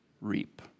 Reap